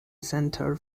center